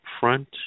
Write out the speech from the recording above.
front